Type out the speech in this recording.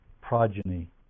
progeny